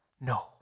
no